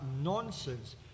nonsense